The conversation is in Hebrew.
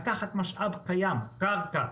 לקחת משאב קיים, קרקע,